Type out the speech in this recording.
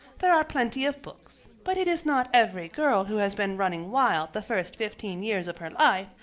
there are plenty of books, but it is not every girl who has been running wild the first fifteen years of her life,